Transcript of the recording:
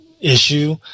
issue